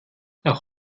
auch